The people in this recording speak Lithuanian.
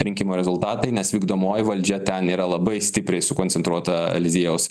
rinkimo rezultatai nes vykdomoji valdžia ten yra labai stipriai sukoncentruota eliziejaus